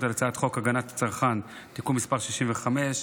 על הצעת חוק הגנת הצרכן (תיקון מס' 65)